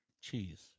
cheese